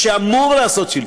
מה שאמור לעשות שלטון,